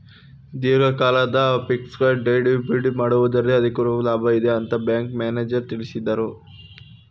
ದೀರ್ಘಕಾಲದ fixed deposit ಮಾಡುವುದರಿಂದ ಅಧಿಕವಾದ ಲಾಭ ಇದೆ ಅಂತ ಬ್ಯಾಂಕ್ ಮ್ಯಾನೇಜರ್ ತಿಳಿಸಿದರು